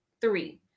Three